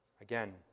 again